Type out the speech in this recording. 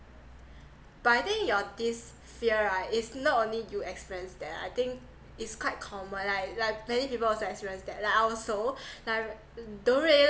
but I think your this fear right is not only you experience that I think it's quite common like like many people also experience that like I also like don't know really